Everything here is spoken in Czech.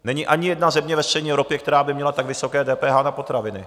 Není ani jedna země ve střední Evropě, která by měla tak vysoké DPH na potraviny.